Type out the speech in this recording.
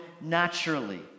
naturally